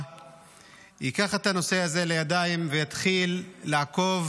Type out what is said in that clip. ייקח את הנושא הזה לידיים ויתחיל לעקוב